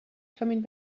coming